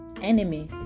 enemy